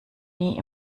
nie